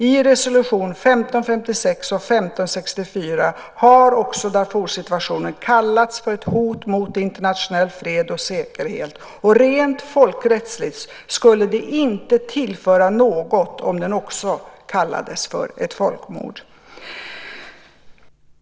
I resolutionerna 15:56 och 15:64 har också Darfursituationen kallats för ett hot mot internationell fred och säkerhet. Och rent folkrättsligt skulle det inte tillföra något om den också kallades för ett folkmord.